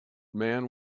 man